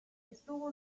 estuvo